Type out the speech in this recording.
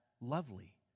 lovely